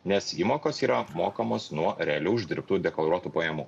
nes įmokos yra mokamos nuo realių uždirbtų deklaruotų pajamų